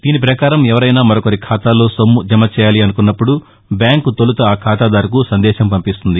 దీని పకారం ఎవరైనా మరొకరి ఖాతాలో సామ్ము జమ చేయాలని అనుకున్పప్పుడు బ్యాంకు తౌలుత ఆ ఖాతాదారుకు సందేశం పంపిస్తుంది